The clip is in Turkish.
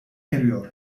eriyor